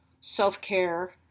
self-care